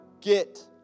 get